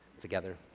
together